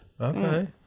Okay